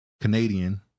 Canadian